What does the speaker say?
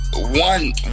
One